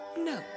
No